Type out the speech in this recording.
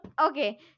okay